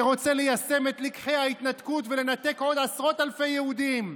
שרוצה ליישם את לקחי ההתנתקות ולנתק עוד עשרות אלפי יהודים,